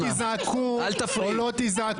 אל תעזרו לו.